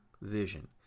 vision